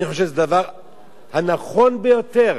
אני חושב שזה הדבר הנכון ביותר,